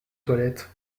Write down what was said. toilettes